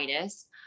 Itis